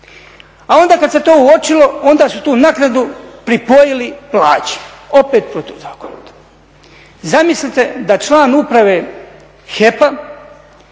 a onda kad se to uočilo onda su tu naknadu pripojili plaći opet protuzakonito. Zamislite da član Uprave HEP-a